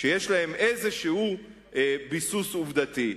כשיש להם ביסוס עובדתי מסוים.